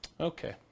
Okay